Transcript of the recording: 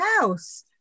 house